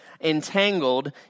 entangled